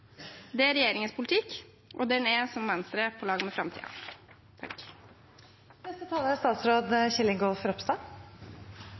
Det er regjeringens politikk, og den er, som Venstre, på lag med